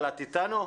את איתנו?